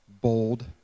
bold